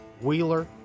Wheeler